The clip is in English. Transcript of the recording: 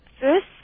first